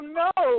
no